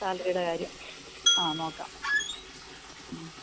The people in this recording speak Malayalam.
സാലറിയുടെ കാര്യം ആ നോക്കാം മ്മ്